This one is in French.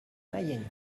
mayenne